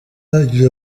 urangije